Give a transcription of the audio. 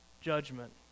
judgment